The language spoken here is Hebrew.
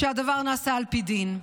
שהדבר נעשה על פי דין.